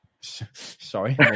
Sorry